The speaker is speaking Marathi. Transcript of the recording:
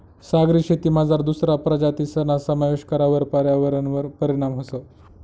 सागरी शेतीमझार दुसरा प्रजातीसना समावेश करावर पर्यावरणवर परीणाम व्हस